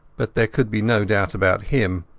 but there could be no doubt about him.